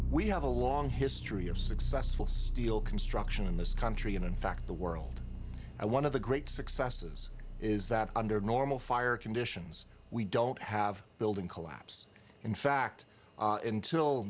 we have a long history of successful steel construction in this country and in fact the world i one of the great successes is that under normal fire conditions we don't have building collapse in fact until